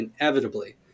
Inevitably